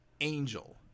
Angel